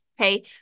Okay